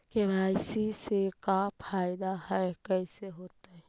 KYC से का फायदा है और कैसे होतै?